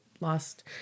lost